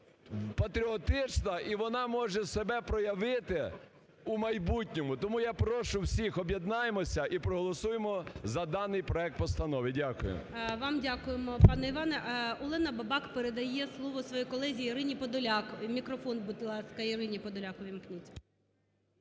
патріотична і вона може себе проявити у майбутньому. Тому я прошу всіх об'єднаємося і проголосуємо за даний проект постанови. Дякую. ГОЛОВУЮЧИЙ. Вам дякуємо, пане Іване. Олена Бабак передає слово своїй колезі Ірині Подоляк. Мікрофон, будь ласка, Ірині Подоляк увімкніть.